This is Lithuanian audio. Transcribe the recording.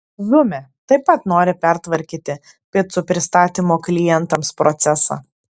zume taip pat nori pertvarkyti picų pristatymo klientams procesą